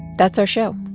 that's our show.